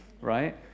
right